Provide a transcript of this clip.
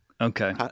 Okay